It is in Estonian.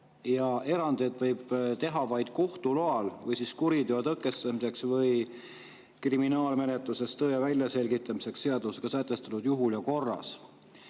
Erandeid võib teha vaid kohtu loal või kuriteo tõkestamiseks või kriminaalmenetluses tõe väljaselgitamiseks seadusega sätestatud juhul ja korras.